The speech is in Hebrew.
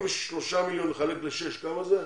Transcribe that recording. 43 מיליון לחלק לשש, כמה זה?